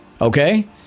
Okay